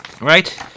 right